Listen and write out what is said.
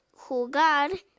Jugar